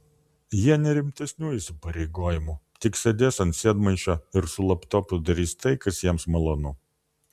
jie ne rimtesnių įsipareigojimų tik sėdės ant sėdmaišio ir su laptopu darys tai kas jiems malonu